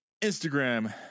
Instagram